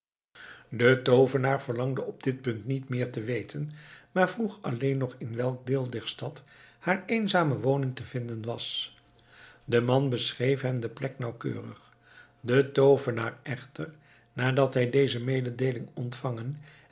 de toovenaar verlangde op dit punt niet meer te weten maar vroeg alleen nog in welk deel der stad haar eenzame woning te vinden was de man beschreef hem de plek nauwkeurig de toovenaar echter nadat hij deze mededeeling ontvangen